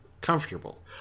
comfortable